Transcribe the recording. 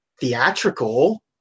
theatrical